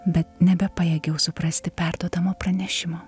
bet nebepajėgiau suprasti perduodamo pranešimo